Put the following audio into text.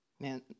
Man